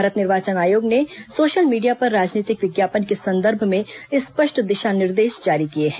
भारत निर्वाचन आयोग ने सोशल मीडिया पर राजनीतिक विज्ञापन के संदर्भ में स्पष्ट दिशा निर्देश जारी किए हैं